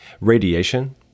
Radiation